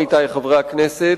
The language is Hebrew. עמיתי חברי הכנסת,